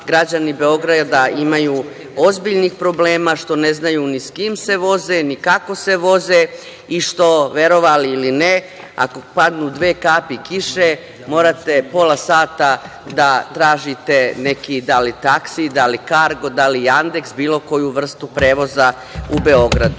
građani Beograda imaju ozbiljnih problema što ne znaju ni s kim se voze, ni kako se voze i što, verovali ili ne, ako padnu dve kapi kiše, morate pola sata da tražite neki da li taksi, da li "Kargo", da li "Jandeks", bilo koju vrstu prevoza u Beogradu.O